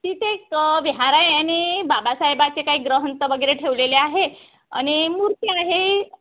तिथे एक विहार आहे आणि बाबासाहेबाचे काही ग्रंथ वगैरे ठेवलेले आहे आणि मूर्ती आहे